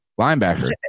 linebacker